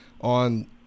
on –